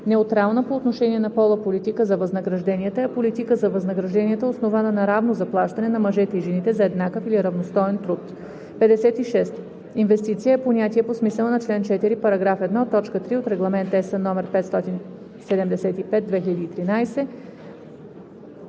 „Неутрална по отношение на пола политика за възнагражденията“ е политика за възнагражденията, основана на равно заплащане на мъжете и жените за еднакъв или равностоен труд. 56. „Институция“ е понятие по смисъла на чл. 4, параграф 1, т. 3 от Регламент (ЕС) № 575/2013.“